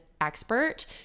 expert